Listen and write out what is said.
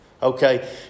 Okay